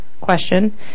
question